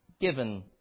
given